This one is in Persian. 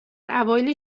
اوایل